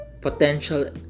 potential